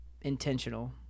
intentional